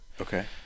Okay